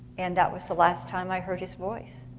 and that was the last time i heard his voice.